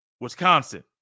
wisconsin